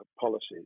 policies